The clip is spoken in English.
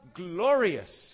glorious